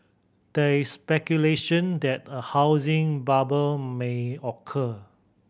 there is speculation that a housing bubble may occur